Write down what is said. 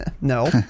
No